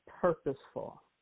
purposeful